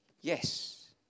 Yes